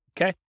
Okay